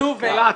נו, ו-?